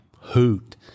hoot